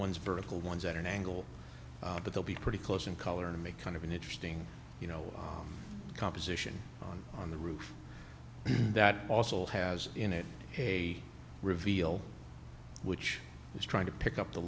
ones vertical ones at an angle that they'll be pretty close in color and make kind of an interesting you know composition on the roof that also has in it a reveal which is trying to pick up the